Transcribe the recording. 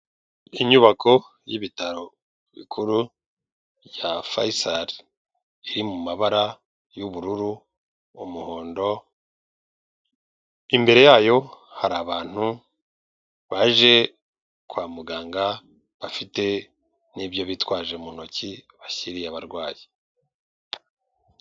Inyubako y'ibitaro bikuru bya fayisari iri mu mabara y'ubururu umuhondo, imbere yayo hari abantu baje kwa muganga bafite n'ibyo bitwaje mu ntoki bashyiriye abarwayi.